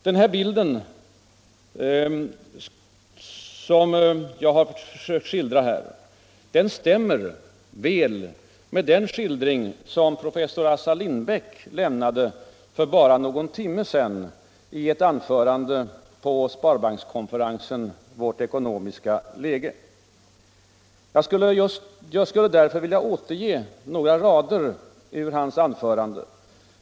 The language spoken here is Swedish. Den bild som jag har försökt teckna stämmer väl med den skildring som professor Assar Lindbeck lämnade för bara någon timme sedan i ett anförande på sparbankskonferensen Vårt ekonomiska läge. Jag skulle därför vilja återge några rader ur hans anförande.